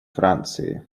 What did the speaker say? франции